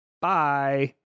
Bye